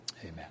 Amen